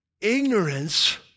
ignorance